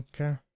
Okay